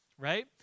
right